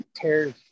tears